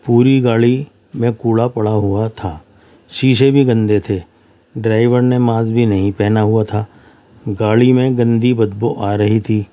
پوری گاڑی میں کوڑا پڑا ہوا تھا شیشے بھی گندے تھے ڈرائیور نے ماسک بھی نہیں پہنا ہوا تھا گاڑی میں گندی بدبو آ رہی تھی